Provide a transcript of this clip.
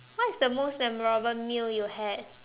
what is the most memorable meal you had